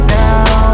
now